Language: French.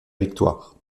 victoire